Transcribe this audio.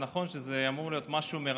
זה נכון שזה אמור להיות משהו מרגש,